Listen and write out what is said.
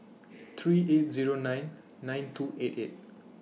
three eight Zero nine nine two eight eight